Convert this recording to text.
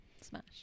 Smash